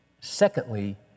secondly